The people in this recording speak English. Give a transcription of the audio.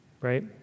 right